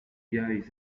guys